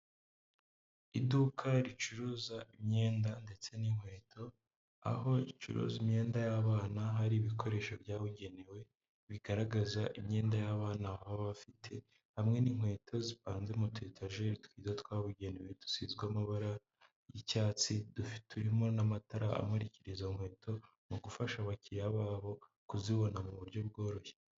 Iduka ricuruza imyenda ndetse n'inkweto, aho ricuruza imyenda y'abana, hari ibikoresho byabugenewe bigaragaza imyenda y'abana baba bafite hamwe n'inkweto zipanze mu tuyetajeri twiza twabugenewe dusizwe amabara y'icyatsi, turimo n'amatara amurikira izo nkweto mu gufasha abakiriya babo kuzibona mu buryo bworoshye.